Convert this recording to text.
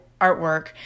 artwork